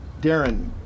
Darren